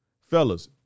Fellas